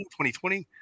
2020